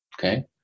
Okay